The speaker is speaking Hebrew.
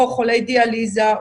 או חולי דיאליזה,